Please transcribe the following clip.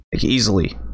easily